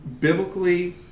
biblically